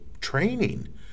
training